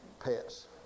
pets